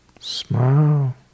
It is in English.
smile